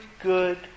good